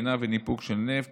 טעינה וניפוק של נפט